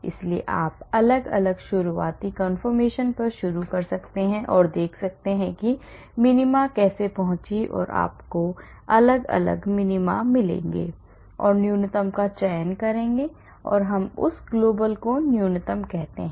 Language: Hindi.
इसलिए आप अलग अलग शुरुआती कन्फ़र्मेशन पर शुरू कर सकते हैं और देख सकते हैं कि मिनिमा कैसे पहुँची और आपको अलग अलग मिनिमम मिलेंगे और न्यूनतम का चयन करेंगे और हम उस ग्लोबल को न्यूनतम कहते हैं